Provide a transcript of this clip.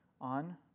on